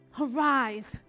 Arise